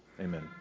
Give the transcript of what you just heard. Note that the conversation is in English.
amen